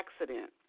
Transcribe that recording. accident